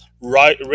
right